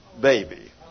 baby